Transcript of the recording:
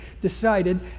decided